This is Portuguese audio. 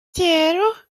zero